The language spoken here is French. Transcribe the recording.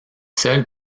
seules